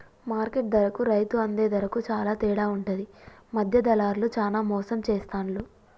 market ధరకు రైతు అందే ధరకు చాల తేడా ఉంటది మధ్య దళార్లు చానా మోసం చేస్తాండ్లు